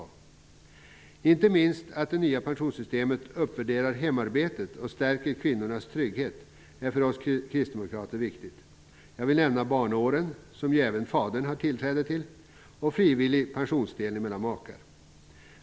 Det är inte minst viktigt för oss kristdemokrater att det nya pensionssystemet uppvärderar hemarbetet och stärker kvinnornas trygghet. Här vill jag nämna barnaåren, som även fadern har tillträde till, och frivillig pensionsdelning mellan makar.